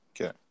okay